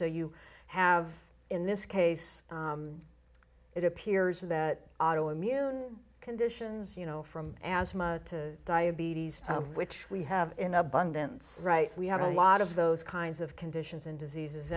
so you have in this case it appears that auto immune conditions you know from asthma to diabetes which we have in abundance right we have a lot of those kinds of conditions and diseases